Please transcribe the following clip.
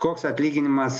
koks atlyginimas